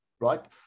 right